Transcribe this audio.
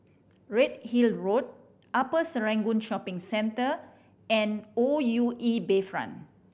Redhill Road Upper Serangoon Shopping Centre and O U E Bayfront